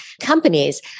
companies